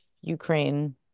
ukraine